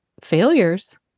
failures